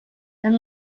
and